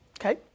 Okay